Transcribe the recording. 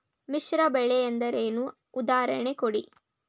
ಮಿಶ್ರ ಬೆಳೆ ಎಂದರೇನು, ಉದಾಹರಣೆ ಕೊಡಿ?